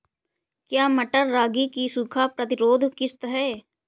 क्या मटर रागी की सूखा प्रतिरोध किश्त है?